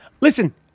Listen